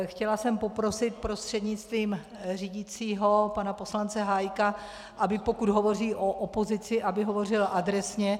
Chtěla jsem poprosit prostřednictvím řídícího pana poslance Hájka, aby pokud hovoří o opozici, hovořil adresně.